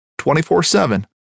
24-7